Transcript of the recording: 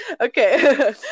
Okay